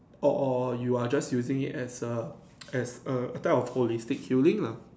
or or you are just using it as a as a a type of holistic healing lah